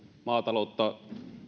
maataloutta